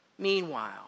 Meanwhile